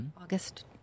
August